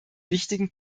wichtigen